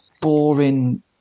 boring